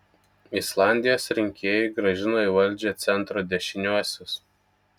islandijos rinkėjai grąžino į valdžią centro dešiniuosius